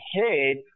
head